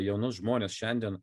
jaunus žmones šiandien